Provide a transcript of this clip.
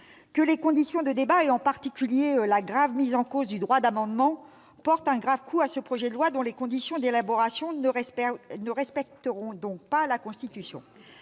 que les conditions de débat, en particulier la grave mise en cause du droit d'amendement, portent un sérieux coup à ce projet dont les conditions d'élaboration ne respecteront donc pas la Constitution.